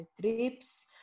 trips